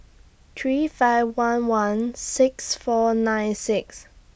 three five one one six four nine six